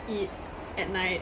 eat at night